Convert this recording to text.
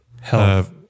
Health